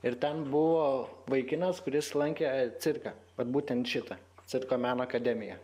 ir ten buvo vaikinas kuris lankė cirką vat būtent šitą cirko meno akademiją